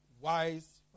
wise